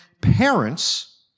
parents